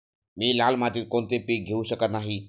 मी लाल मातीत कोणते पीक घेवू शकत नाही?